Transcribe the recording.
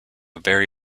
very